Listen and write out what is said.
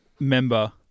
Member